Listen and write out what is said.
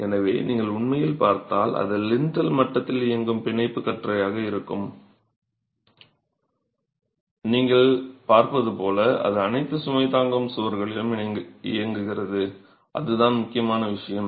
எனவே நீங்கள் உண்மையில் பார்த்தால் அது லிண்டல் மட்டத்தில் இயங்கும் பிணைப்பு கற்றையாக இருக்கும் நீங்கள் பார்ப்பது போல் அது அனைத்து சுமை தாங்கும் சுவர்களிலும் இயங்குகிறது அதுதான் முக்கியமான விஷயம்